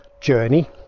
journey